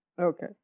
Okay